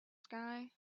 sky